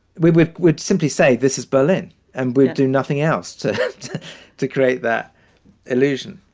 we would would simply say, this is berlin and we'd do nothing else to to create that illusion.